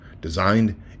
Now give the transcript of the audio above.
Designed